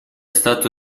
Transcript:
stato